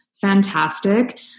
fantastic